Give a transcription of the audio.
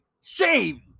Shame